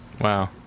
Wow